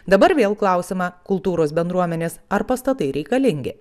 dabar vėl klausimą kultūros bendruomenės ar pastatai reikalingi